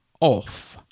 off